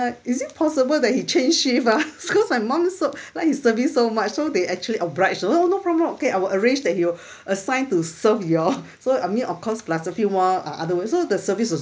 is it possible that he change shift ah cause my mum so like his service so much so they actually oblige no no problem know I will arrange that he'll assigned to serve you so I mean of course plus a few more other words so the service's